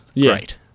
great